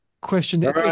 question